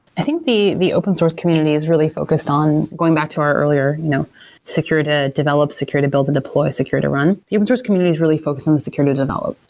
i think the the open source community is really focused on going back to our earlier you know secure to develop, secure to build the and deploy, secure to run. the open source community is really focused on the secure to develop.